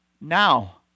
Now